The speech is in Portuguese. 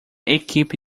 equipe